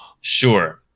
Sure